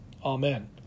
Amen